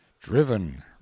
driven